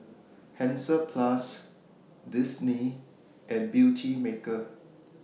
Hansaplast Disney and Beautymaker